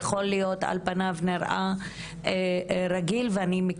כי זה התפרסם גם בחברה הערבית,